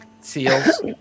seals